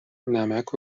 نمک